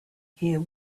hear